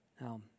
Now